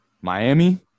Miami